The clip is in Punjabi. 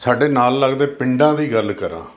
ਸਾਡੇ ਨਾਲ ਲੱਗਦੇ ਪਿੰਡਾਂ ਦੀ ਗੱਲ ਕਰਾਂ